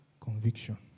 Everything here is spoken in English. conviction